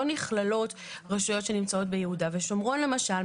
נכללות רשויות שנמצאות ביהודה ושומרון למשל,